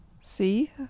See